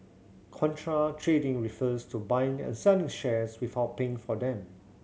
contra trading refers to buying and selling shares without paying for them